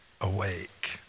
awake